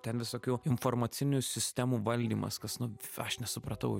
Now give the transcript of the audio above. ten visokių informacinių sistemų valdymas kas nu aš nesupratau